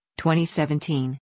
2017